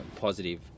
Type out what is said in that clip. positive